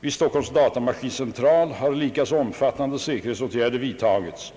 Vid Stockholms datamaskincentral bar likaså omfattande säkerhetsåtgärder vidtagits.